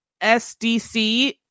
SDC